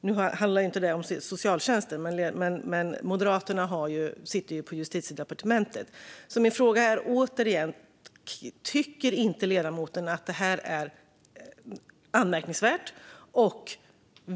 Nu handlar inte det om socialtjänsten, men Moderaterna sitter ju på Justitiedepartementet. Mina frågor är alltså återigen: Tycker inte ledamoten att detta är anmärkningsvärt?